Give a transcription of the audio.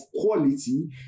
quality